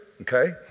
Okay